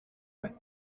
байна